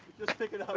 just picking